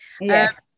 Yes